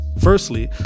Firstly